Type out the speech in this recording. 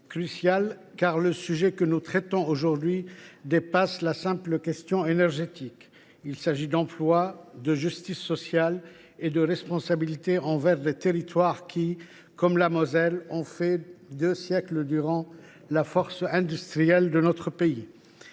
insiste, car le sujet que nous traitons aujourd’hui dépasse la simple question énergétique : il s’agit d’emploi, de justice sociale et de responsabilité envers des territoires comme la Moselle qui ont fait, deux siècles durant, la force industrielle de la